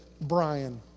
Brian